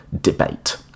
debate